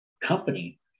company